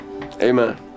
Amen